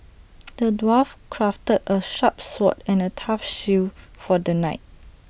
the dwarf crafted A sharp sword and A tough shield for the knight